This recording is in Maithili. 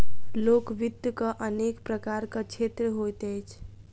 लोक वित्तक अनेक प्रकारक क्षेत्र होइत अछि